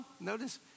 notice